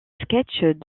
sketches